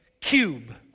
cube